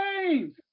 James